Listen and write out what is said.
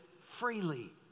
freely